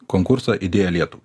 konkursą idėja lietų